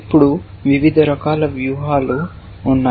ఇప్పుడు వివిధ రకాల వ్యూహాలు ఉన్నాయి